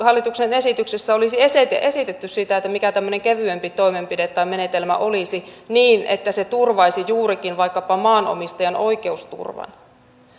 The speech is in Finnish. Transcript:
hallituksen esityksessä olisi esitetty esitetty sitä mikä tämmöinen kevyempi toimenpide tai menetelmä olisi niin että se turvaisi juurikin vaikkapa maanomistajan oikeusturvan